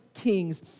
Kings